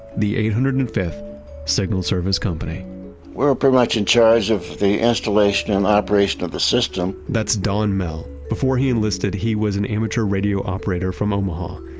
the eight hundred and fifth signal service company we were pretty much in charge of the installation and operation of the system that's don mehl. before he enlisted, he was an amateur radio operator from omaha,